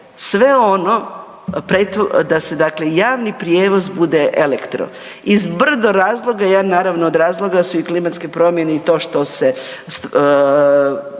sve ono da se dakle javni prijevoz bude elektro iz brdo razloga. Jedan naravno od razloga su i klimatske promjene i to što se